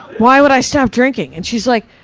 why would i stop drinking? and she's like,